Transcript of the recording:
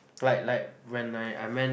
like like when I I meant